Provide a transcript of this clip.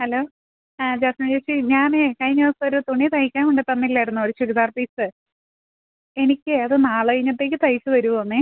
hello Josna ചേച്ചി ഞാൻ കഴിഞ്ഞ ഒരു ദിവസം ഒരു തുണി തയ്ക്കാൻ കൊണ്ടുവന്ന് തന്നില്ലായിരുന്നോ ഒര് ചുരിദാര് പീസ് എനിക്ക് അത് നാളെ കഴിഞ്ഞത്തേക്ക് തയിച്ച് തരുമോ